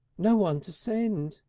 no one to send.